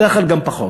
בדרך כלל גם פחות.